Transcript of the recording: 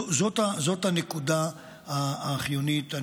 זאת הנקודה החיונית.